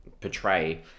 portray